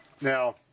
Now